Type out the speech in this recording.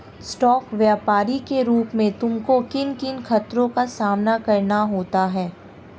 Stock व्यापरी के रूप में तुमको किन किन खतरों का सामना करना होता है?